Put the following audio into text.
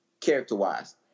character-wise